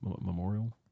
Memorial